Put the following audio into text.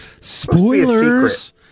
Spoilers